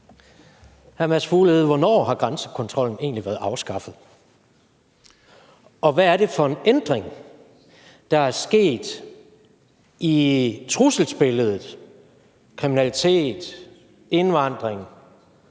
Hvornår har grænsekontrollen egentlig været afskaffet, og hvad er det for en ændring, der er sket i trusselsbilledet med hensyn til kriminalitet, indvandring,